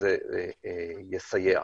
וזה יסייע.